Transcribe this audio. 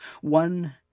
one